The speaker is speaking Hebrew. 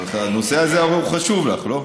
הנושא הזה חשוב לך, לא?